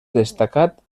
destacat